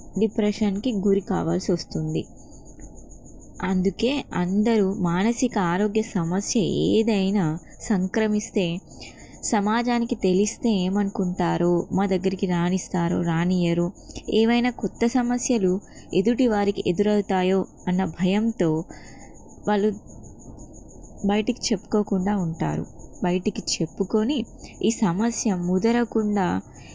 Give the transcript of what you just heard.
డిప్రెషన్కి గురి కావాల్సి వస్తుంది అందుకే అందరూ మానసిక ఆరోగ్య సమస్య ఏదైనా సంక్రమిస్తే సమాజానికి తెలిస్తే ఏమనుకుంటారు మా దగ్గరికి రానిస్తారో రానీయరు ఏవైనా కొత్త సమస్యలు ఎదుటివారికి ఎదురవుతాయో అన్న భయంతో వాళ్ళు బయటికి చెప్పుకోకుండా ఉంటారు బయటకు చెప్పుకొని ఈ సమస్య ముదరకుండా